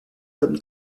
comme